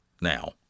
now